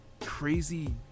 crazy